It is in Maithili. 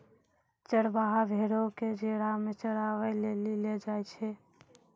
चरबाहा भेड़ो क जेरा मे चराबै लेली लै जाय छै